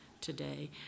today